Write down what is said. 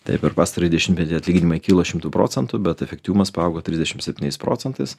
tai per pastarąjį dešimtmetį atlyginimai kilo šimtu procentų bet efektyvumas paaugo trisdešimt septyniais procentais